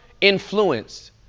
influenced